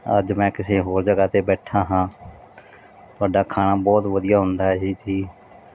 ਅੱਜ ਮੈਂ ਕਿਸੇ ਹੋਰ ਜਗ੍ਹਾ 'ਤੇ ਬੈਠਾ ਹਾਂ ਤੁਹਾਡਾ ਖਾਣਾ ਬਹੁਤ ਵਧੀਆ ਹੁੰਦਾ ਹੈ ਜੀ